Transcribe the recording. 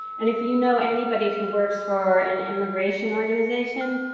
and if you know anybody who works for an immigration organization,